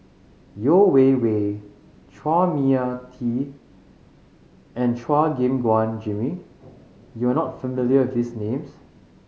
Yeo Wei Wei Chua Mia Tee and Chua Gim Guan Jimmy you are not familiar with these names